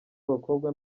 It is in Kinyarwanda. abakobwa